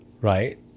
right